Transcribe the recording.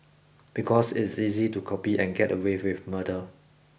because it's easy to copy and get away with murder